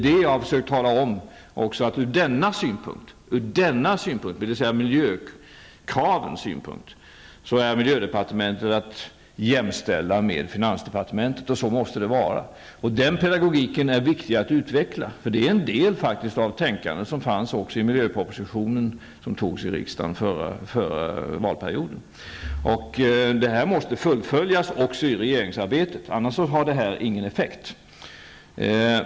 Jag har också försökt tala om att ur denna synpunkt, dvs. ur miljökravens synpunkt, är miljödepartementet att jämställa med finansdepartementet, och så måste det vara. Denna pedagogiska vinkling är viktig att utveckla, eftersom detta också är en del av det tänkande som utvecklades i den miljöproposition som antogs av riksdagen under den förra valperioden. Det här måste också fullföljas i regeringsarbetet; annars har det ingen effekt.